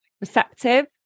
receptive